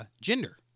gender